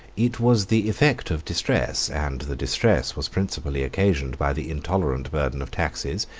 it was the effect of distress and the distress was principally occasioned by the intolerant burden of taxes,